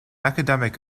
academic